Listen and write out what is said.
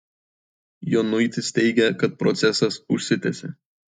jonuitis teigia kad procesas užsitęsė